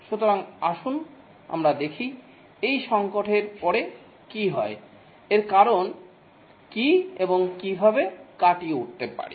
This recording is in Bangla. সুতরাং আসুন আমরা দেখি এই সঙ্কটের পরে কী হয় এর কারণ কী এবং কীভাবে কাটিয়ে উঠতে পারি